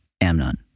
Amnon